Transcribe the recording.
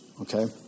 okay